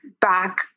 back